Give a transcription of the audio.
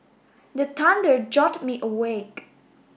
the thunder jolt me awake